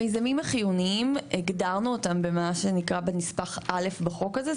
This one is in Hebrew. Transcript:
המיזמים החיוניים הגדרנו אותם במה שנקרא בנספח א' בחוק הזה,